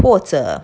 或者